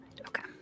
Okay